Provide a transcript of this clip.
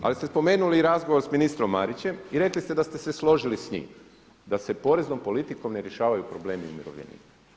Ali ste spomenuli i razgovor sa ministrom Marićem i rekli ste da ste se složili s njim, da se poreznom politikom ne rješavaju problemi umirovljenika.